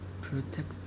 protect